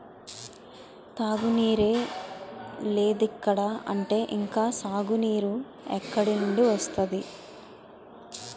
తాగునీరే లేదిక్కడ అంటే ఇంక సాగునీరు ఎక్కడినుండి వస్తది?